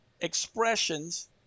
expressions